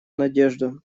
надежду